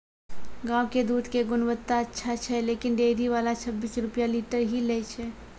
गांव के दूध के गुणवत्ता अच्छा छै लेकिन डेयरी वाला छब्बीस रुपिया लीटर ही लेय छै?